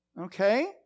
Okay